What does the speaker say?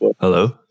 hello